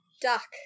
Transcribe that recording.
duck